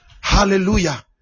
Hallelujah